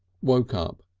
woke up,